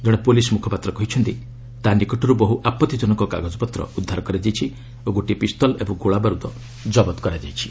ଜଣେ ପୋଲିସ ମୁଖପାତ୍ର କହିଛନ୍ତି ତା' ନିକଟରୁ ବହୁ ଆପତ୍ତିଜନକ କାଗଜପତ୍ର ଉଦ୍ଧାର କରାଯାଇଛି ଓ ଗୋଟିଏ ପିସ୍ତଲ ଏବଂ ଗୋଳାବାରୁଦ ଜବତ କରାଯାଇଛି